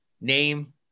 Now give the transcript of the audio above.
name